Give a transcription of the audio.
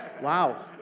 Wow